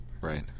Right